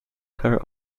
her